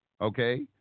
okay